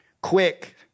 Quick